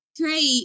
great